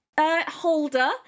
holder